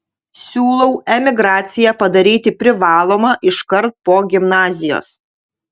siūlau emigraciją padaryti privalomą iškart po gimnazijos